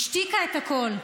השתיקה את הכול,